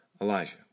Elijah